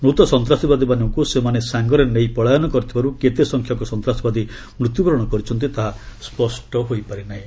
ମୃତ ସନ୍ତାସବାଦୀମାନଙ୍କୁ ସେମାନେ ସାଙ୍ଗରେ ନେଇ ପଳାୟନ କରିଥିବାର୍ତ କେତେ ସଂଖ୍ୟକ ସନ୍ତାସବାଦୀ ମୃତ୍ୟୁବରଣ କରିଛନ୍ତି ତାହା ସ୍ୱଷ୍ଟ ହୋଇପାରିନାହିଁ